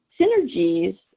Synergies